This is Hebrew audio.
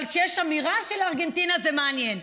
אבל כשיש אמירה של ארגנטינה זה מעניין.